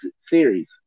series